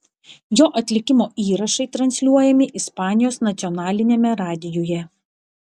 jo atlikimo įrašai transliuojami ispanijos nacionaliniame radijuje